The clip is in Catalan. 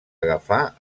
agafar